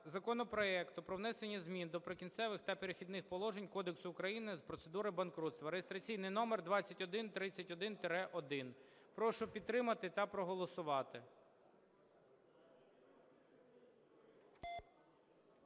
законопроекту по внесення змін до Прикінцевих та перехідних положень Кодексу України з процедур банкрутства (реєстраційний номер 2131-1). Прошу підтримати та проголосувати.